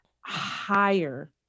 higher